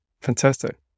Fantastic